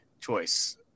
choice